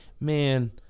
man